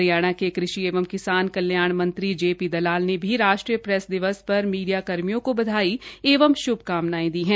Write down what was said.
हरियाणा के कृषि एवं किसान कल्याण मंत्री जेपी दलाल ने भी राष्ट्रीय प्रैस दिवस पर मीडिया कर्मियों को बधाई एवं शुभकामनाएं दी हैं